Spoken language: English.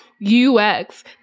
UX